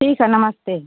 ठीक है नमस्ते